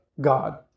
God